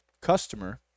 customer